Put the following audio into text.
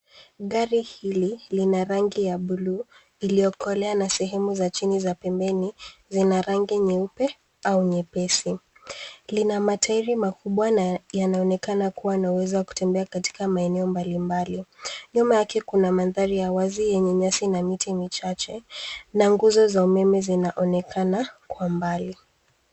Gari hili lina rangi y abuluu iliyokolea na sehemu za chini za pembeni zina rangi nyeupe au nyepesi. Lina matayiri makubwa na yanaonekana kuwa na uwezo wa kutembea katika maeneo mbalimbali. Nyuma yake kuna mandhari ya wazi yenye nyasi na miti michache na nguzo za umeme zinaonekana kwa mbali.